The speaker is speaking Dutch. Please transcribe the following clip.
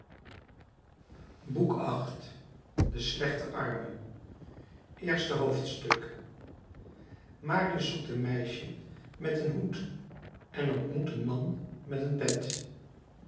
boek viii de slechte arme i marius zoekt een meisje met een hoed en ontmoet een man met een pet